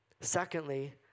Secondly